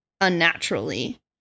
unnaturally